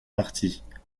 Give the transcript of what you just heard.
parties